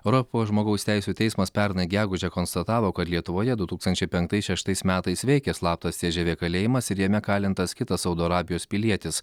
europos žmogaus teisių teismas pernai gegužę konstatavo kad lietuvoje du tūkstančiai penktais šeštais metais veikė slaptas cžv kalėjimas ir jame kalintas kitas saudo arabijos pilietis